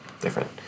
different